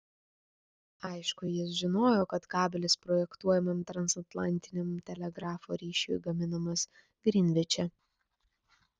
aišku jis žinojo kad kabelis projektuojamam transatlantiniam telegrafo ryšiui gaminamas grinviče